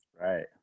Right